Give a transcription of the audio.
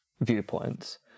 viewpoints